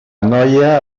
noia